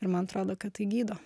ir man atrodo kad tai gydo